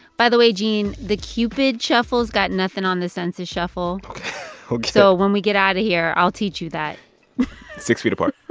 by the way, gene, the cupid shuffle's got nothing on the census shuffle. ok so when we get out of here, i'll teach you that six feet apart